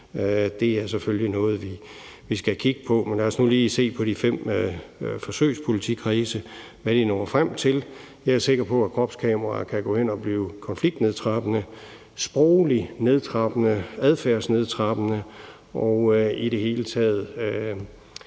Det er selvfølgelig noget, vi skal kigge på. Men lad os nu lige se på, hvad de fem forsøgspolitikredse når frem til. Jeg er sikker på, at kropskameraer kan gå hen og blive konfliktnedtrappende, sprogligt nedtrappende, adfærdsnedtrappende og i det hele taget